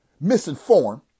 misinformed